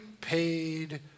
paid